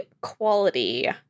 quality